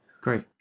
Great